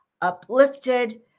uplifted